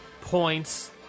points